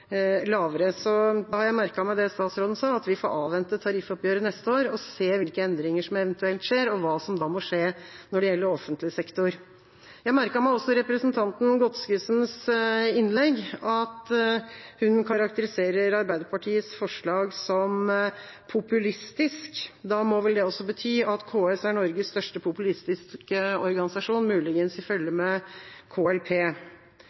lavere. Så da har jeg merket meg det statsråden sa, at vi får avvente tariffoppgjøret neste år og se hvilke endringer som eventuelt skjer, og hva som da vil skje når det gjelder offentlig sektor. Jeg merket meg også representanten Godskesens innlegg, at hun karakteriserer Arbeiderpartiets forslag som «populistisk». Da må vel det også bety at KS er Norges største populistiske organisasjon, muligens i følge med KLP.